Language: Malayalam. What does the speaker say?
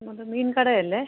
ഇത് മീൻകട അല്ലെ